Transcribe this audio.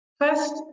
First